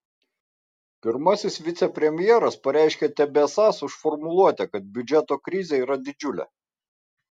pirmasis vicepremjeras pareiškė tebesąs už formuluotę kad biudžeto krizė yra didžiulė